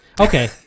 Okay